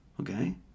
Okay